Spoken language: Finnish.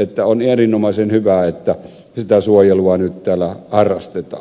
että on erinomaisen hyvä että sitä suojelua nyt täällä harrastetaan